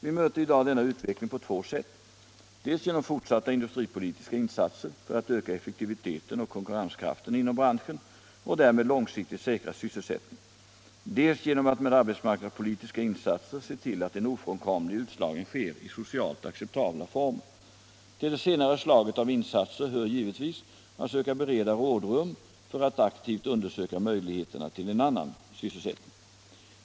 Vi möter i dag denna utveckling på två sätt: dels genom fortsatta industripolitiska insatser för att öka effektiviteten och konkurrenskraften inom branschen och därmed långsiktigt säkra sysselsättningen, dels genom att med arbetsmarknadspolitiska insatser se till att en ofrånkomlig utslagning sker i socialt acceptabla former. Till det senare slaget av insatser hör givetvis att söka bereda rådrum för att aktivt undersöka möjligheterna till annan sysselsättning.